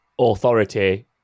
authority